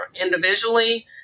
individually